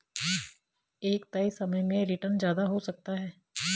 एक तय समय में रीटर्न ज्यादा हो सकता है